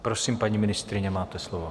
Prosím, paní ministryně, máte slovo.